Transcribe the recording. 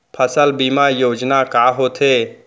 फसल बीमा योजना का होथे?